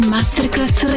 Masterclass